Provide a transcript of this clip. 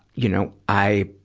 you know, i,